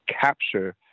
capture